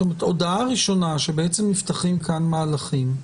הודעה ראשונה שבעצם נפתחים כאן מהלכים,